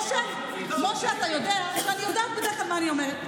משה, אתה יודע שבדרך כלל אני יודעת מה אני אומרת.